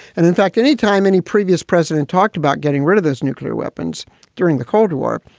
and in fact, anytime any previous president talked about getting rid of those nuclear weapons during the cold war,